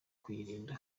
kuyirinda